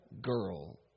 girl